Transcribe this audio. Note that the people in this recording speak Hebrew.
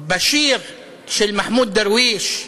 בשיר של מחמוד דרוויש: